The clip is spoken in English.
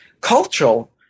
cultural